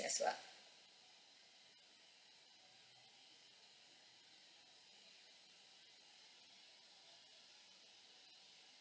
as well